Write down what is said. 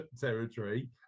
territory